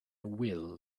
will